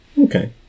okay